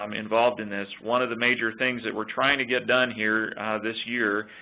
um involved in this. one of the major things that we're trying to get done here this year,